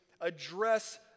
address